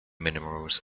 minerals